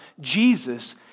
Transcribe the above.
Jesus